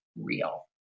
real